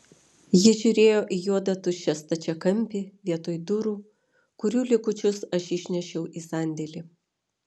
ji žiūrėjo į juodą tuščią stačiakampį vietoj durų kurių likučius aš išnešiau į sandėlį